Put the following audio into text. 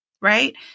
right